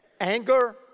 Anger